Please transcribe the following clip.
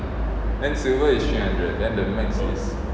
then silver is three hundred then the max is